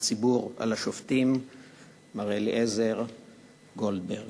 הציבור על השופטים מר אליעזר גולדברג,